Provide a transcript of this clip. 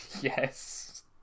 Yes